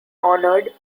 honored